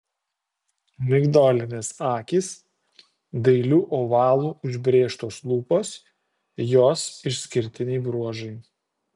migdolinės akys dailiu ovalu užbrėžtos lūpos jos išskirtiniai bruožai